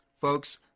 Folks